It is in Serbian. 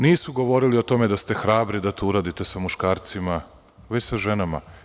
Nisu govorili o tome da ste hrabri da to uradite sa muškarcima, već sa ženama.